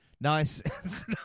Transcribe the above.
Nice